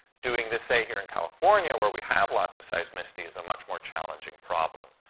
doing this, say, here in california, where we have lots of seismicity, is a much more challenging problem.